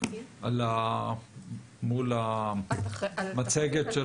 הכספי מול המצגת של